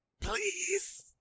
Please